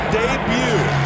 debut